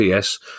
PS